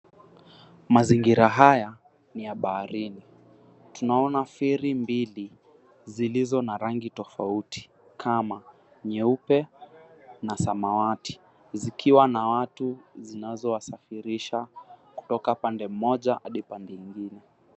Mazingira haya ni ya baharini. Tunaona feri mbili zilizo na rangi tofauti kama nyeupe na samawati, zikiwa na watu zinazowasafirisha kutoka pande moja hadi pande ingine.